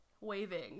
waving